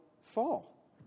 fall